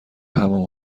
حمام